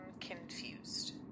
confused